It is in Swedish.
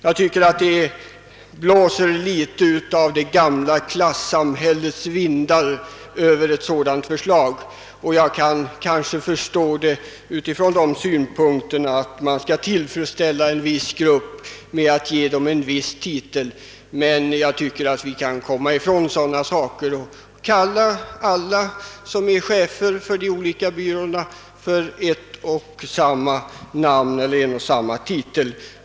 Jag tycker att man i viss mån känner det gamla klassamhällets vindar blåsa när ett förslag av annan innebörd framförs. Jag kan förstå den sistnämnda ståndpunkten mot bakgrund av att man vill tillfredsställa en viss grupp genom att tilldela vederbörande en viss titel. Men jag tycker att vi bör komma ifrån en dylik inställning och ge cheferna för de olika byråerna en och samma titel.